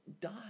die